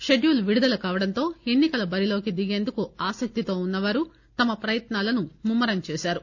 schedule విడుదల కావడంతో ఎన్పి కల టరిలోకి దిగేందుకు ఆసక్తితో ఉన్నవారు తమ ప్రయత్నాలను ముమ్మరం చేశారు